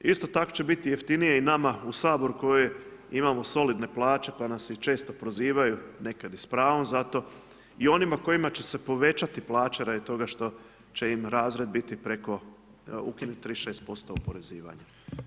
Isto tako će biti jeftinije nama u Sabor, koje imamo solidne plaće, pa nas se često prozivaju, nekad s pravom za to i onima kojima će se povećati plaće, radi toga što će im razred biti preko, ukinuti 36% oporezivanja.